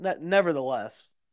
nevertheless